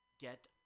get